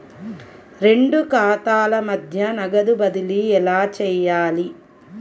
రెండు ఖాతాల మధ్య నగదు బదిలీ ఎలా చేయాలి?